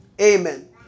Amen